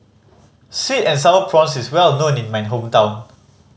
sweet and Sour Prawns is well known in my hometown